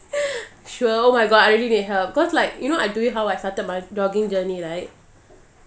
sure oh my god I really need help cause like you know I told you how I started my jogging journey right